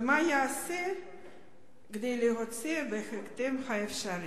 2. מה ייעשה כדי להוציאו בהקדם האפשרי?